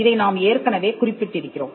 இதை நாம் ஏற்கனவே குறிப்பிட்டிருக்கிறோம்